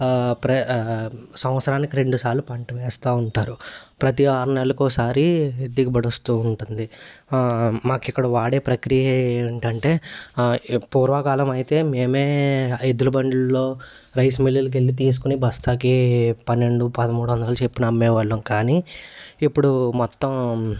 ప్ర సంవత్సరానికి రెండుసార్లు పంటను వేస్తూ ఉంటారు ప్రతి ఆరు నెల్లకోసారి దిగుబడి వస్తూ ఉంటుంది మాకు ఇక్కడ వాడే ప్రక్రియ ఏంటంటే పూర్వకాలం అయితే మేమే ఎద్దుల బండిల్లో రైస్ మిల్లులకు వెళ్ళి తీసుకుని బస్తాకి పన్నెండు పదమూడు వందల చెప్పున అమ్మేవాళ్ళం కానీ ఇప్పుడు మొత్తం